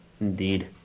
Indeed